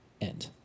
End